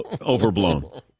overblown